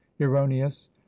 erroneous